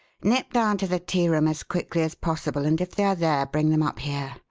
nip down to the tearoom as quickly as possible, and if they are there bring them up here.